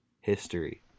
history